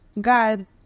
God